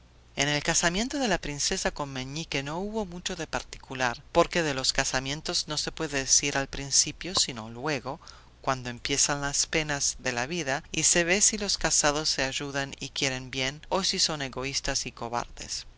en el casamiento de la princesa con meñique no hubo mucho de particular porque de los casamientos no se puede decir al principio sino luego cuando empiezan las penas de la vida y se ve si los casados se ayudan y quieren bien o si son egoístas y cobardes